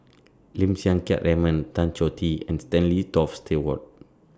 Lim Siang Keat Raymond Tan Choh Tee and Stanley Toft Stewart